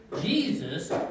Jesus